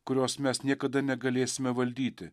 kurios mes niekada negalėsime valdyti